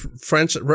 French